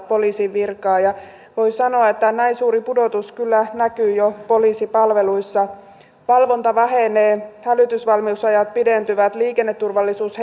poliisin virkaa voi sanoa että näin suuri pudotus kyllä näkyy jo poliisipalveluissa valvonta vähenee hälytysvalmiusajat pidentyvät liikenneturvallisuus